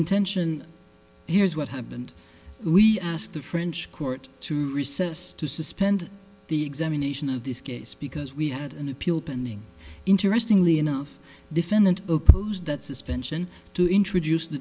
intention here is what happened we asked the french court to recess to suspend the examination of this case because we had an appeal pending interestingly enough defendant that suspension to introduce the